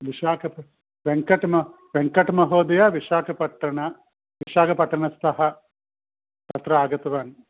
विशाखापट्टणं वेङ्कट् वेङ्कट्महोदय विशाखापट्टण विशाखापट्टणतः तत्र आगतवान्